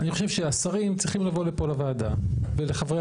אני חושב שהשרים צריכים לבוא לפה לוועדה ולחברי